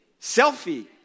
Selfie